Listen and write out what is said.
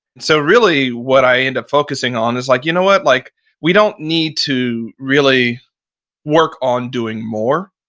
so really, what i end up focusing on is like, you know what? like we don't need to really work on doing more.